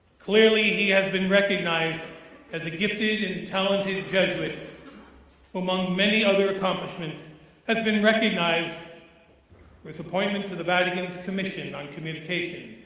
clearly, he has been recognized as a gifted and talented jesuit who among many other accomplishments has been recognized for his appointment to the vatican's commission on communication,